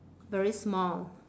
very small